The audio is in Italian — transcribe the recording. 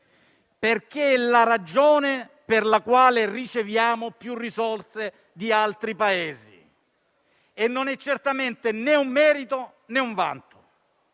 perché è la ragione per la quale riceviamo più risorse di altri Paesi e non è certamente un merito, né un vanto.